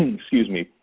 excuse me,